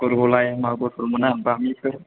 बुरबुलाय मागुरफोर मोना बामिफोर